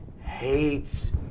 hates